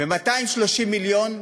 ו-230 מיליון,